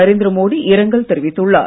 நரேந்திர மோடி இரங்கல் தெரிவித்துள்ளார்